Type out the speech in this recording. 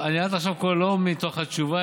אני עד עכשיו קורא לא מתוך התשובה,